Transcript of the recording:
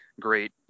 great